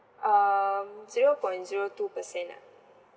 um zero point zero two percent nah